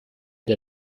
der